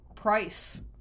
price